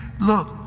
look